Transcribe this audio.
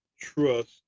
trust